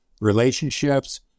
relationships